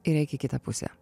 ir eik į kitą pusę